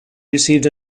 received